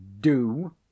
Do